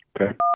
Okay